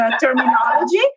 terminology